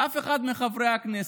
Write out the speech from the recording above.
ואף אחד מחברי הכנסת,